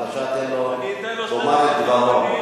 בבקשה, תן לו לומר את דברו.